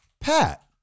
Pat